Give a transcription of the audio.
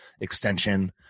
extension